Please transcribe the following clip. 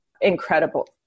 incredible